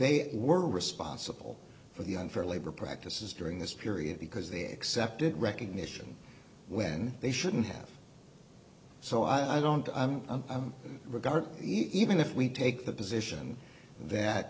they were responsible for the unfair labor practices during this period because they accepted recognition when they shouldn't have so i don't regard even if we take the position that